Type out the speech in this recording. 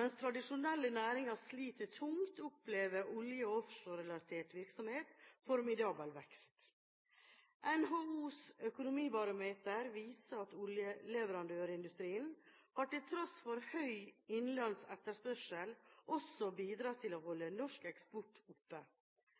Mens tradisjonelle næringer sliter tungt, opplever olje- og offshorerelatert virksomhet formidabel vekst. NHOs økonomibarometer viser at oljeleverandørindustrien til tross for høy innenlands etterspørsel også har bidratt til å holde norsk eksport oppe.